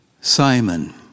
Simon